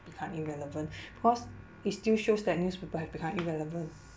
become irrelevant because it still shows that newspaper have become irrelevant